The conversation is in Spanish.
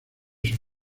sus